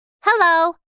Hello